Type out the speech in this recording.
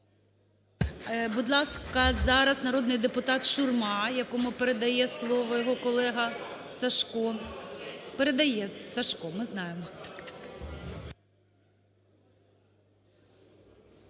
Будь ласка, зараз народний депутат Шурма, якому передає слово його колега Сажко. Передає Сажко, ми знаємо.